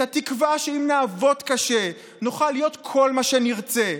את התקווה שאם נעבוד קשה נוכל להיות כל מה שנרצה,